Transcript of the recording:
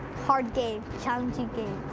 hard game, challenging game.